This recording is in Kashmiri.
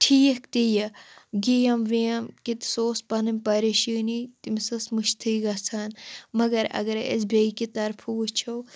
ٹھیٖک تہِ یہِ گیم ویم کہِ سُہ اوس پننٕۍ پریشٲنی تٔمس ٲس مٔشتھٕے گَژھان مگر اگرَے أسۍ بیٚیہِ کہِ طرفہٕ وٕچھو